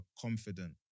confident